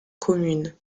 communes